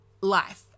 life